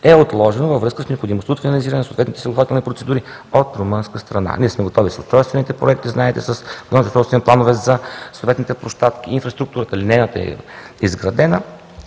е отложено във връзка с необходимостта от финализиране на съответните съгласувателни процедури от румънска страна. Ние сме готови с устройствените проекти, с общите устройствени планове за съответните площадки, инфраструктурата, линейната е изградена,